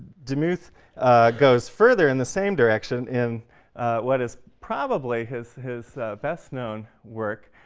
demuth goes further in the same direction in what is probably his his best known work.